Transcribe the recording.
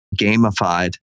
gamified